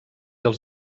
els